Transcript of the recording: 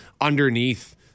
underneath